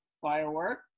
Firework